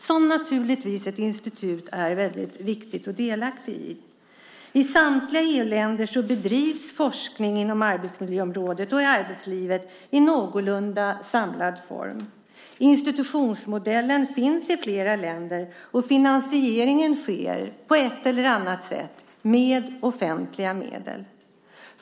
I detta har institutet varit viktigt och delaktigt. I samtliga EU-länder bedrivs forskning inom arbetsmiljöområdet och i arbetslivet i någorlunda samlad form. Institutionsmodellen finns i flera länder, och finansieringen sker på ett eller annat sätt med offentliga medel.